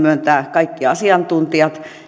kaikki asiantuntijat